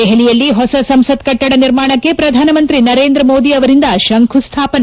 ದೆಹಲಿಯಲ್ಲಿ ಹೊಸ ಸಂಸತ್ ಕಟ್ಟಡ ನಿರ್ಮಾಣಕ್ಕೆ ಪ್ರಧಾನಮಂತ್ರಿಂ ನರೇಂದ್ರ ಮೋದಿ ಅವರಿಂದ ಶಂಕುಸ್ಥಾಪನೆ